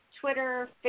Twitter